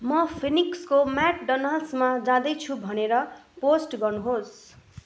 म फिनिक्सको म्याकडोनल्ड्समा जाँदैछु भनेर पोस्ट गर्नुहोस्